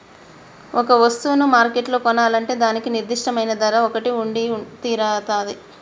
ఒక వస్తువును మార్కెట్లో కొనాలంటే దానికి నిర్దిష్టమైన ధర ఒకటి ఉండితీరతాది